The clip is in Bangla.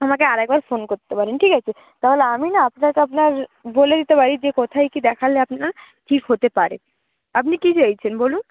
আমাকে আর একবার ফোন করতে পারেন ঠিক আছে তাহলে আমি না আপনাকে আপনার বলে দিতে পারি যে কোথায় কি দেখালে আপনার ঠিক হতে পারে আপনি কি চাইছেন বলুন